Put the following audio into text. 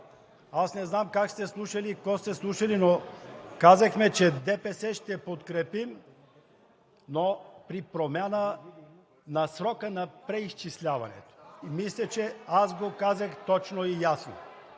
Аз не знам как сте слушали и какво сте слушали, но казахме, че ДПС ще подкрепим, но при промяна на срока на преизчисляването. И мисля, че аз го казах точно и ясно.